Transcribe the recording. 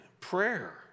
prayer